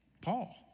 Paul